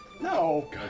No